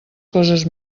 coses